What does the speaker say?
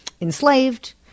enslaved